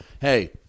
Hey